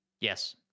Yes